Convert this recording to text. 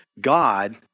God